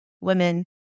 women